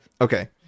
Okay